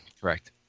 correct